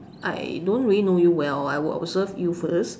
I don't really know you well I will observe you first